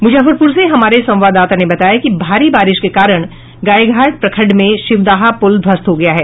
मुजफ्फरपुर से हमारे संवाददाता ने बताया कि भारी बारिश के कारण गायघाट प्रखंड में शिवदाहा पुल ध्वस्त हो गया है